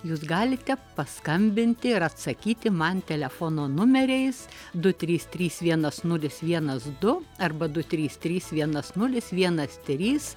jūs galite paskambinti ir atsakyti man telefono numeriais du trys trys vienas nulis vienas du arba du trys trys vienas nulis vienas trys